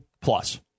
plus